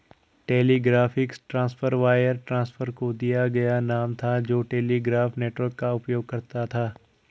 telegraphic transfer wire transfer को दिया गया नाम था जो टेलीग्राफ नेटवर्क का उपयोग करता था